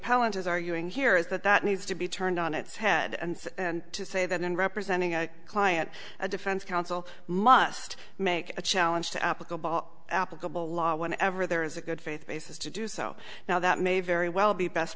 is arguing here is that that needs to be turned on its head and to say that in representing a client a defense counsel must make a challenge to applicable applicable law whenever there is a good faith basis to do so now that may very well be best